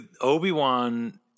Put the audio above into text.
obi-wan